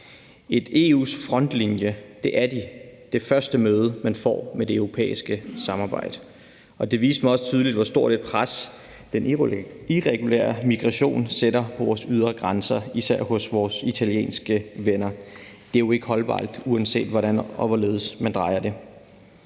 er EU's frontlinje og det første møde, man får med det europæiske samarbejde. Det viste mig også tydeligt, hvor stort et pres den irregulære migration lægger på vores ydre grænser, især hos vores italienske venner. Det er jo ikke holdbart, uanset hvordan og hvorledes man drejer det,